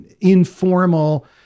informal